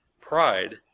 pride